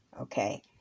Okay